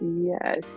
Yes